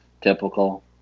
Typical